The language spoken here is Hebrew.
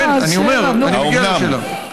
האומנם?